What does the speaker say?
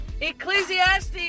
Ecclesiastes